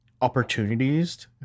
opportunities